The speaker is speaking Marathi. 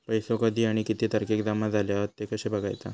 पैसो कधी आणि किती तारखेक जमा झाले हत ते कशे बगायचा?